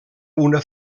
una